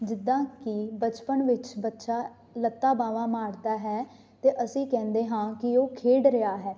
ਜਿੱਦਾਂ ਕਿ ਬਚਪਨ ਵਿੱਚ ਬੱਚਾ ਲੱਤਾ ਬਾਹਵਾਂ ਮਾਰਦਾ ਹੈ ਅਤੇ ਅਸੀਂ ਕਹਿੰਦੇ ਹਾਂ ਕਿ ਉਹ ਖੇਡ ਰਿਹਾ ਹੈ